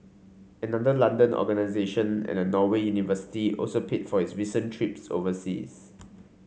another London organisation and a Norway university also paid for his recent trips overseas